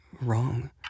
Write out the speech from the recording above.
wrong